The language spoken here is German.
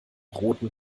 roten